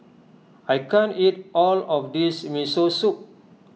I can't eat all of this Miso Soup